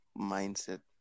mindset